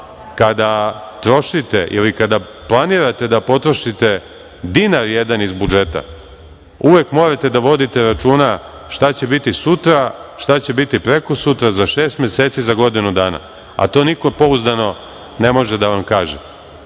kada trošite ili kada planirate da potrošite dinar jedan iz budžeta, uvek morate da vodite računa, šta će biti sutra, šta će biti prekosutra, za šest meseci, za godinu dana. A to niko pouzdano ne može da vam kaže. Zbog